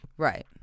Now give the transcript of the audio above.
right